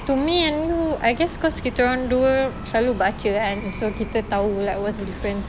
to me and you I guess cause kita orang dua selalu baca kan so kita tahu like what's the difference